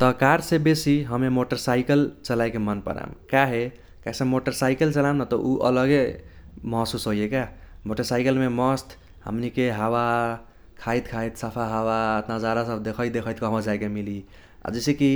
त कारसे बेसी हमे मोटरसाइकल चलाएके मन पराम काहे काहेसे मोटरसाइकल चलाम नत उ अलगे महसूस होइये का। मोटरसाइकलमे मस्त हमनीके हावा खाइत खाइत साफा हावा नाजारा सब देखैत देखैत कहबो जाइके मिली। आ जैसे कि